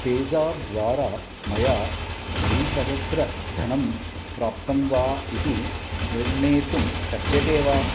पेज़ाब् द्वारा मया द्विसहस्रधनं प्राप्तं वा इति निर्णेतुं शक्यते वा